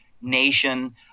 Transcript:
nation